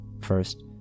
First